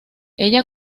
ella